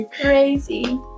crazy